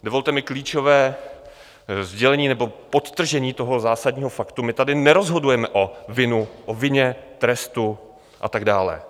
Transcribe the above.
Dovolte mi klíčové sdělení nebo podtržení toho zásadního faktu my tady nerozhodujeme o vině, trestu a tak dále.